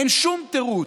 אין שום תירוץ.